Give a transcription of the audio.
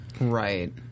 Right